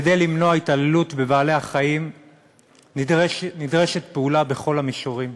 כדי למנוע התעללות בבעלי-החיים נדרשת פעולה בכל המישורים.